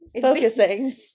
Focusing